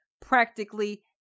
practically